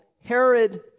Herod